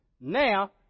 now